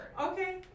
Okay